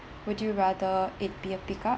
would you rather it be a pick-up